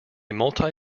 multi